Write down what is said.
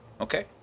okay